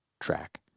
Track